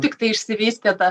tiktai išsivystė ta